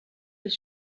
est